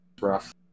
rough